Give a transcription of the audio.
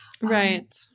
Right